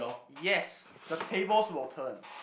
yes the tables will turn